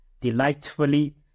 delightfully